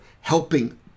helping